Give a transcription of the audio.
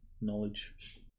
knowledge